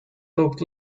looked